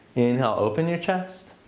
inhale open your chest.